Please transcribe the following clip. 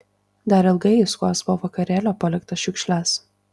dar ilgai jis kuops po vakarėlio paliktas šiukšles